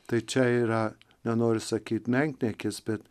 tai čia yra nenoriu sakyt menkniekis bet